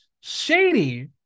Shady